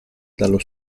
dallo